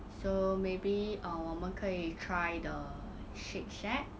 so maybe err 我们可以 try the Shake Shack